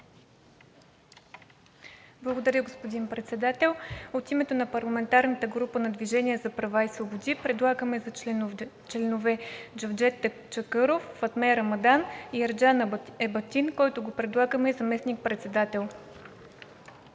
Благодаря, господин Председател. От името на парламентарната група на „Движение за права и свободи“ предлагаме за членове Джевдет Чакъров, Фатме Рамадан и Ерджан Ебатин, когото предлагаме и за заместник-председател.